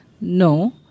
No